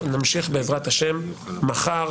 נמשיך בעזרת השם מחר.